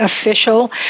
official